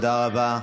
תודה רבה.